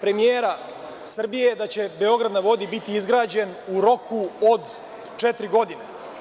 premijera Srbije da će „Beograd na vodi“ biti izgrađen u roku od četiri godine.